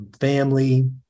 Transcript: family